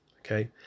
Okay